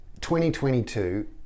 2022